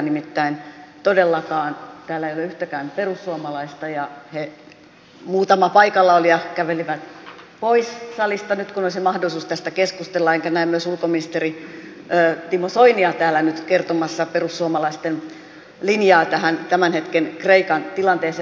nimittäin todellakaan täällä ei ole yhtäkään perussuomalaista ja muutamat paikalla olijat kävelivät pois salista nyt kun olisi mahdollisuus tästä keskustella enkä näe myöskään ulkoministeri timo soinia täällä nyt kertomassa perussuomalaisten linjaa tähän tämän hetken kreikan tilanteeseen